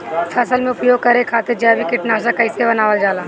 फसल में उपयोग करे खातिर जैविक कीटनाशक कइसे बनावल जाला?